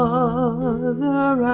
Mother